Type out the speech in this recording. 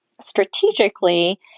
strategically